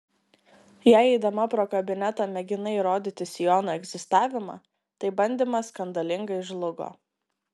jei eidama pro kabinetą mėginai įrodyti sijono egzistavimą tai bandymas skandalingai žlugo